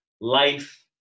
life